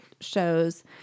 shows